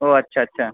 ও আচ্ছা আচ্ছা